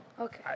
Okay